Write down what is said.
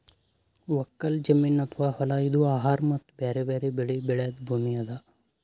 ಒಕ್ಕಲ್ ಜಮೀನ್ ಅಥವಾ ಹೊಲಾ ಇದು ಆಹಾರ್ ಮತ್ತ್ ಬ್ಯಾರೆ ಬ್ಯಾರೆ ಬೆಳಿ ಬೆಳ್ಯಾದ್ ಭೂಮಿ ಅದಾ